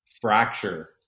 fracture